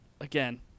again